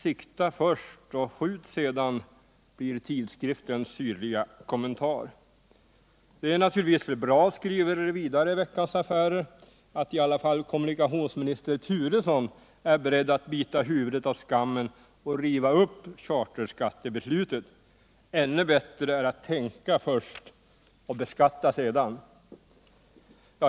Sikta först och skjut sedan, blir tidskriftens syrliga kommentar. Det är naturligtvis bra, skriver vidare Veckans Affärer, att i alla fall kommunikationsminister Turesson är beredd att bita huvudet av skammen och riva upp charterskattebeslutet. Ännu bättre är att tänka först och beskatta sedan.